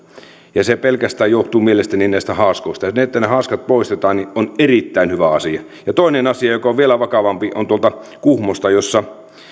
ja se pelkästään johtuu mielestäni näistä haaskoista se että ne haaskat poistetaan on erittäin hyvä asia toinen asia joka on vielä vakavampi on kuhmosta jossa